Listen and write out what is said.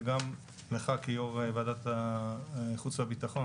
וגם לך כיו"ר ועדת החוץ והביטחון.